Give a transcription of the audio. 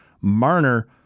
Marner